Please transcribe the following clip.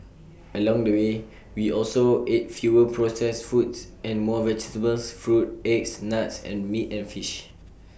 along the way we also ate fewer processed foods and more vegetables fruit eggs nuts and meat and fish